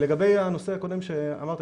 לגבי הנושא הקודם שאמרת.